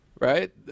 Right